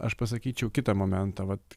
aš pasakyčiau kitą momentą vat